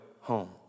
home